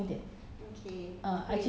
so 她可她她去挖出来 lor